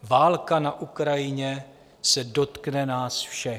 Válka na Ukrajině se dotkne nás všech.